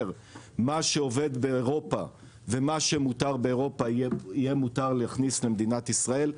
מה שעובד באירופה ומה שמותר באירופה יהיה מותר להכניס למדינת ישראל,